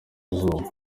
izuba